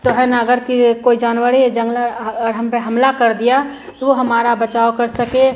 तो हैं ना अगर कि कोई जानवर जंगला हम पर हमला कर दिया तो वह हमरा बचाव कर सकें